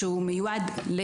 שמיועדים